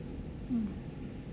mm